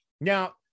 Now